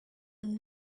those